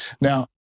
Now